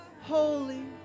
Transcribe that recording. holy